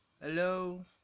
hello